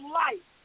life